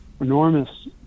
enormous